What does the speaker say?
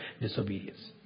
disobedience